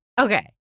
okay